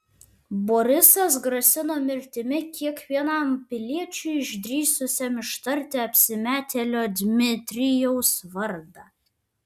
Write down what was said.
borisas grasino mirtimi kiekvienam piliečiui išdrįsusiam ištarti apsimetėlio dmitrijaus vardą